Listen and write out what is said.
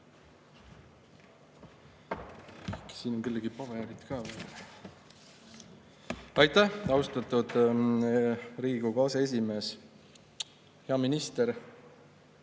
Siin on kellegi paberid ka. Aitäh, austatud Riigikogu aseesimees! Hea minister!